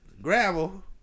Gravel